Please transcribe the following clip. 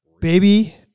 Baby